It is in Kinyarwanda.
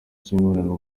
cy’imibonano